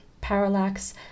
Parallax